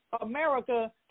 America